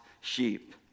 sheep